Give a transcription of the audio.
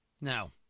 Now